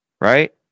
Right